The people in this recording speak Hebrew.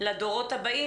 לדורות הבאים.